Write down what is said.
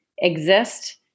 exist